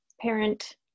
parent